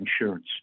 insurance